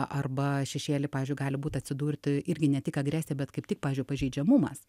arba šešėly pavyzdžiui gali būt atsidurti irgi ne tik agresija bet kaip tik pavyzdžiui pažeidžiamumas